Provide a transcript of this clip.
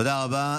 תודה רבה.